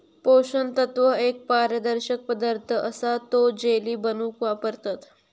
पोषण तत्व एक पारदर्शक पदार्थ असा तो जेली बनवूक वापरतत